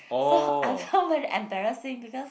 so I felt very embarrassing because